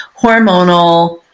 hormonal